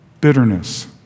bitterness